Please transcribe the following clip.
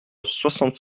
soixante